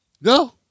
No